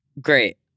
great